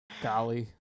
golly